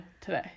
today